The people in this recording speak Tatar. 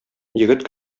егет